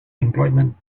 employment